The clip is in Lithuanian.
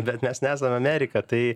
bet mes nesam amerika tai